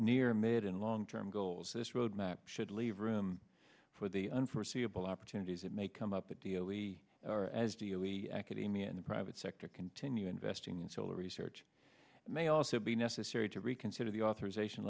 near made and long term goals this roadmap should leave room for the unforeseeable opportunities that may come up at the early or as do you we academia in the private sector continue investing in solar research may also be necessary to reconsider the authorization